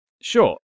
Sure